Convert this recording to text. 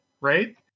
right